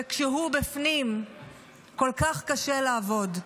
וכשהוא בפנים כל כך קשה לעבוד.